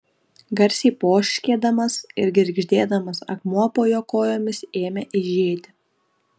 garsiai poškėdamas ir girgždėdamas akmuo po jo kojomis ėmė eižėti